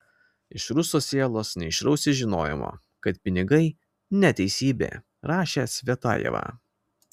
iš ruso sielos neišrausi žinojimo kad pinigai neteisybė rašė cvetajeva